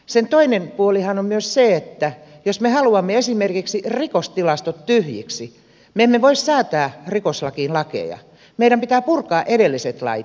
sen toinen puolihan on myös se että jos me haluamme esimerkiksi rikostilastot tyhjiksi me emme voi säätää rikoslakiin lakeja meidän pitää purkaa edelliset lait